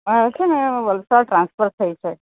માર છે ને વલસાડ ટ્રાન્સફર થયું છે